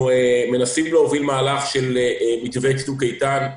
אנחנו מנסים להוביל מהלך של מתווה צוק איתן.